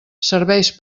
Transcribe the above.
serveis